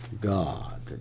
God